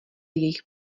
jejich